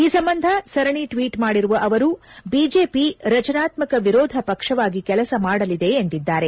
ಈ ಸಂಬಂಧ ಸರಣಿ ಟ್ವೀಟ್ ಮಾಡಿರುವ ಅವರು ಬಿಜೆಪಿ ರಚನಾತ್ಮಕ ವಿರೋಧ ಪಕ್ಷವಾಗಿ ಕೆಲಸ ಮಾಡಲಿದೆ ಎಂದಿದ್ದಾರೆ